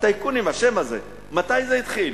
הטייקונים, השם הזה, מתי זה התחיל?